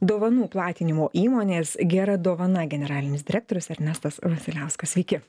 dovanų platinimo įmonės gera dovana generalinis direktorius ernestas vasiliauskas sveiki